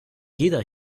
jeder